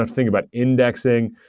to think about indexing.